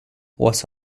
was